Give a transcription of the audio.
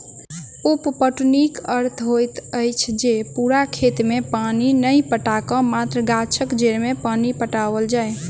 उप पटौनीक अर्थ होइत अछि जे पूरा खेत मे पानि नहि पटा क मात्र गाछक जड़ि मे पानि पटाओल जाय